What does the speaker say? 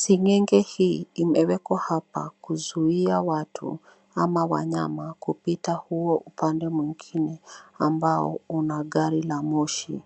Seng'enge hii imewekwa hapa kuzuia watu ama wanyama kupita huo upande mwingine ambao una gari la moshi.